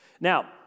Now